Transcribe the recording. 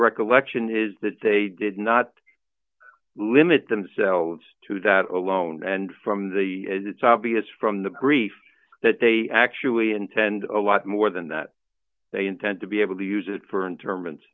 recollection is that they did not limit themselves to that alone and from the it's obvious from the brief that they actually intend a lot more than that they intend to be able to use it for interm